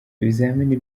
ibizamini